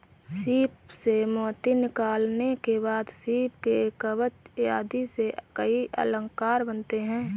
सीप से मोती निकालने के बाद सीप के कवच इत्यादि से कई अलंकार बनते हैं